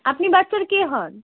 আপনি বাচ্চার কে হন